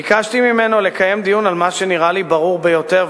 ביקשתי ממנו לקיים דיון על מה שנראה לי ברור ביותר.